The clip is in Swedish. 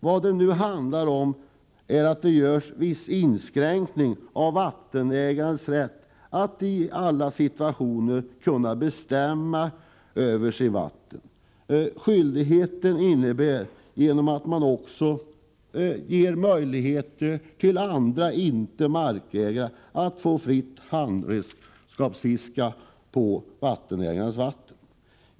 Vad det nu handlar om är att det genomförs viss inskränkning av vattenägarens rätt att i alla situationer kunna bestämma över sitt vatten och att man ger möjligheter också till andra, inte markägare, att fritt handredskapsfiska på vattenägarens vatten.